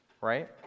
right